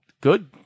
Good